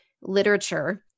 literature